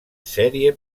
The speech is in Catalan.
sèrie